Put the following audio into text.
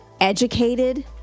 educated